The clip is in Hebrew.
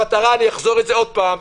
אני אחזור עוד פעם,